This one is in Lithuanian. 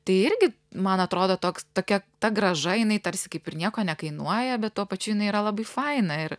tai irgi man atrodo toks tokia ta grąža jinai tarsi kaip ir nieko nekainuoja bet tuo pačiu jinai yra labai faina ir